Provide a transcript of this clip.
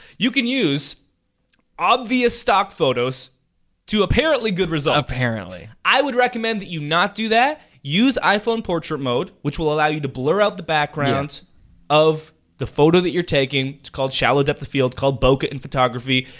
you can use obvious stock photos to apparently good results. apparently. i would recommend that you not do that. use iphone portrait mode, which will allow you to blur out the backgrounds of the photo that you're taking. it's called shallowed up the field, called bocat in photography,